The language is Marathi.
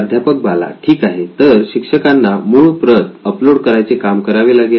प्राध्यापक बाला ठीक आहे तर शिक्षकांना मुळप्रत अपलोड करावयाचे काम करावे लागेल